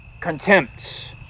contempt